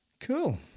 cool